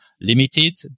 limited